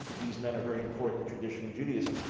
these men are very important in traditional judaism.